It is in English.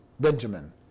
Benjamin